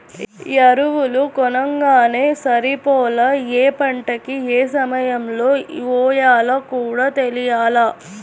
ఎరువులు కొనంగానే సరిపోలా, యే పంటకి యే సమయంలో యెయ్యాలో కూడా తెలియాల